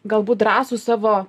galbūt drąsūs savo